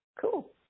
cool